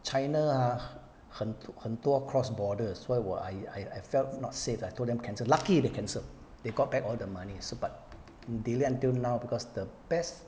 china ah 很很多 cross borders that's why I I felt not safe I told him cancel lucky they cancel they got back all the money 是 but delayed until now because the best